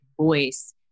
voice